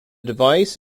device